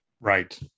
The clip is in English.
right